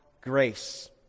grace